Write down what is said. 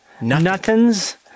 Nothing's